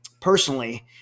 personally